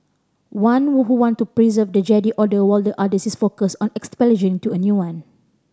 one who who want to preserve the Jedi Order while the other is focused on establishing to a new one